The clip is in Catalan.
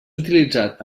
utilitzat